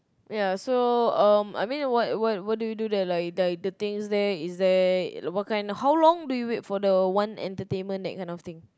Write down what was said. ya so um I mean what what what do you do there like like the things there is there what kind how long do you wait for the one entertainment that kind of thing